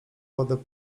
wodę